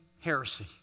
heresy